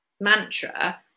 mantra